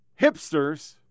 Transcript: hipsters